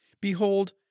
Behold